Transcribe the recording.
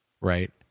right